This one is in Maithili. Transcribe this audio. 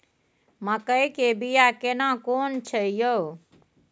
मकई के बिया केना कोन छै यो?